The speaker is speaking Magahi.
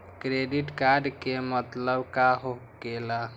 क्रेडिट कार्ड के मतलब का होकेला?